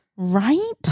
right